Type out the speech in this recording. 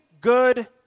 good